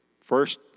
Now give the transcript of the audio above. first